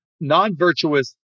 non-virtuous